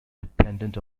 dependent